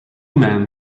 men